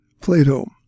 Plato